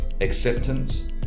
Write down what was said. acceptance